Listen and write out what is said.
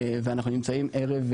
ואחנו נמצאים ערב,